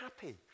happy